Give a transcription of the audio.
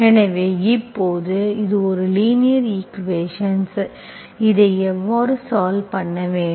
எனவே இப்போது இது ஒரு லீனியர் ஈக்குவேஷன் இதை எவ்வாறு சால்வ் பண்ண வேண்டும்